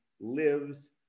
lives